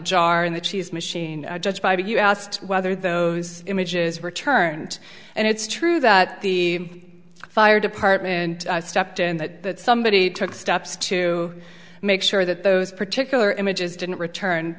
jar in the cheese machine judged by b you asked whether those images were turned and it's true that the fire department stepped in that somebody took steps to make sure that those particular images didn't return